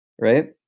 right